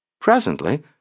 Presently